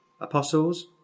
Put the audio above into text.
apostles